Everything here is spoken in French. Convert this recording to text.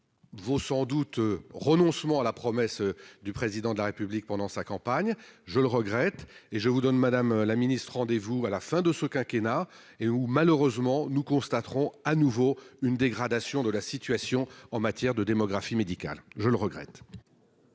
vaut sans doute renoncement à la promesse du président de la République pendant sa campagne, je le regrette et je vous donne, Madame la Ministre, rendez vous à la fin de ce quinquennat et où, malheureusement, nous constaterons à nouveau une dégradation de la situation en matière de démographie médicale, je le regrette.